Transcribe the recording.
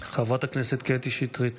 חברת הכנסת קטי שטרית.